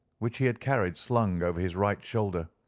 which he had carried slung over his right shoulder.